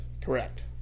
Correct